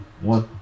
one